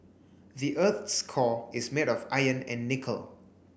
the earth's core is made of iron and nickel